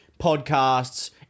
podcasts